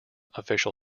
official